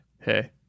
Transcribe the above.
Hey